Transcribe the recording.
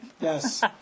Yes